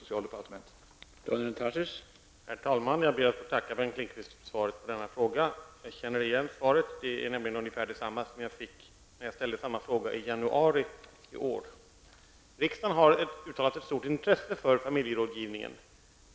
Herr talman! Jag ber att få tacka Bengt Lindqvist för svaret på min fråga. Jag känner igen svaret -- det är nämligen ungefär det samma som jag fick när jag ställde samma fråga i januari i år. Riksdagen har uttalat ett stort intresse för familjerådgivningen.